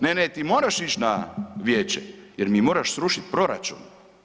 Ne, ne ti moraš ići na vijeće, jer mi moraš srušiti proračun.